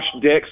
Dix